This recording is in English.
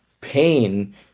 pain